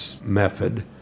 method